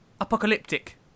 apocalyptic